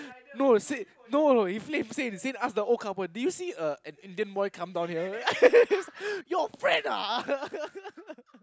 no Sein no no he flamed Sein Sein asked the old couple do you see a an Indian boy come down here he was like your friend ah